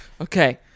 okay